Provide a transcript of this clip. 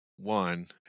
One